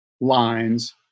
Lines